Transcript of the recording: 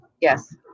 yes